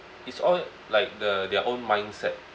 it's all like the their own mindset